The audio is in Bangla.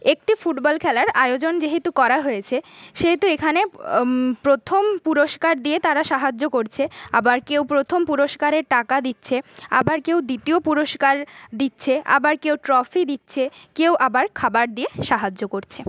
একটি ফুটবল খেলার আয়োজন যেহেতু করা হয়েছে সেহেতু এখানে প্রথম পুরষ্কার দিয়ে তাঁরা সাহায্য করছে আবার কেউ প্রথম পুরষ্কারের টাকা দিচ্ছে আবার কেউ দ্বিতীয় পুরষ্কার দিচ্ছে আবার কেউ ট্রফি দিচ্ছে কেউ আবার খাবার দিয়ে সাহায্য করছে